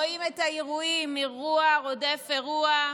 אנחנו רואים את האירועים, אירוע רודף אירוע,